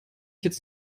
jetzt